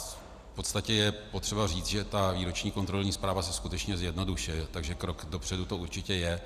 V podstatě je potřeba říct, že ta výroční kontrolní zpráva se skutečně zjednodušuje, takže krok dopředu to určitě je.